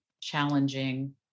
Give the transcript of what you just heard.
challenging